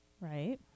right